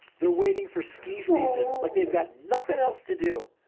they're waiting for ski season, like they've got nothing else to do,